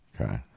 okay